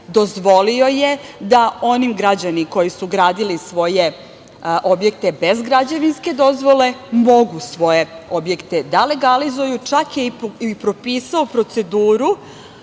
dozvolio je da oni građani koji su gradili svoje objekte bez građevinske dozvole mogu svoje objekte da legalizuju, čak je i propisao proceduru